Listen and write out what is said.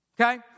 okay